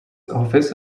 office